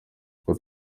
kuko